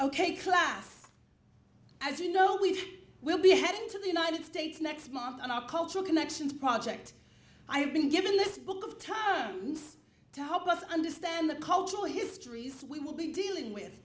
ok class as you know we will be heading to the united states next month and our cultural connections project i've been given this book of terms to help us understand the cultural histories we will be dealing with